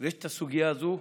ויש את הסוגיה הזו,